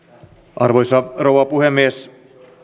arvoisa rouva puhemies